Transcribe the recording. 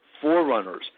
Forerunners